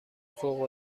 فوق